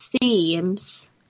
themes